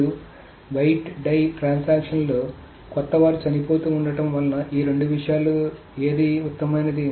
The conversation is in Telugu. ఇప్పుడు వెయిట్ డై ట్రాన్సాక్షన్ లో కొత్తవారు చనిపోతూ ఉండటం వలన ఈ రెండు విషయాలలో ఏది ఉత్తమమైనది